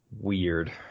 weird